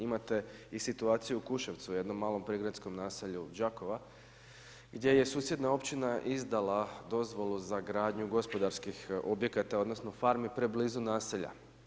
Imate i situaciju u Kuševcu u jednom malom prigradskom naselju Đakova gdje je susjedna općina izdala dozvolu za gradnju gospodarskih objekata odnosno farmi preblizu naselja.